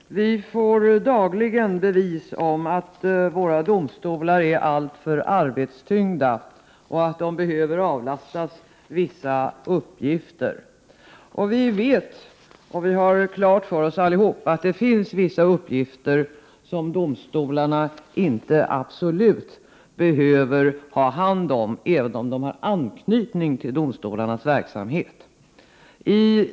Herr talman! Vi får dagligen bevis om att våra domstolar är alltför arbetstyngda och att de behöver avlastas vissa uppgifter. Vi vet och har klart för oss alla att det finns vissa uppgifter som domstolarna inte absolut behöver ha hand om, även om de har anknytning till domstolarnas verksamhet.